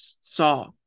saw